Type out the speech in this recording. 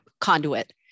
conduit